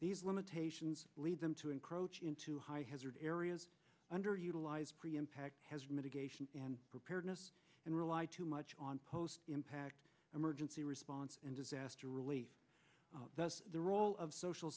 these limitations lead them to encroach into high hazard areas underutilized pre impact has mitigation and preparedness and rely too much on post impact emergency response and disaster relief thus the role of social